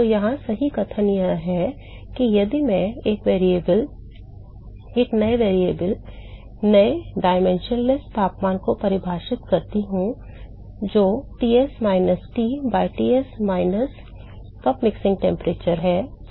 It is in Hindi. तो यहां सही कथन यह है कि यदि मैं एक नए चर नए आयामहीन तापमान को परिभाषित करता हूं जो Ts minus T by Ts minus the cup mixing temperature है